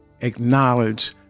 acknowledge